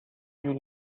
you